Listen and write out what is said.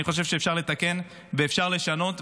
אני חושב שאפשר לתקן ואפשר לשנות,